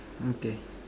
okay